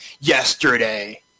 yesterday